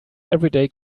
everyday